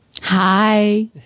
Hi